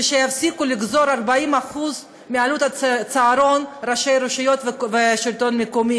ושראשי הרשויות והשלטון המקומי